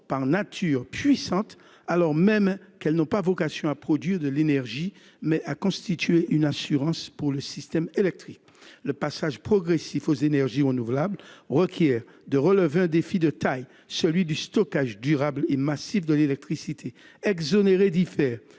par nature, puissantes, alors même qu'elles ont vocation non pas à produire de l'énergie, mais à constituer une assurance pour le système électrique. Le passage progressif aux énergies renouvelables requiert de relever un défi de taille : celui du stockage durable et massif de l'électricité. Exonérer